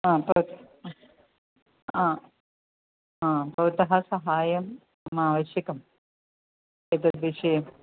आ भवतु आ हा भवतः सहायं मम आवश्यकम् एतद्विषये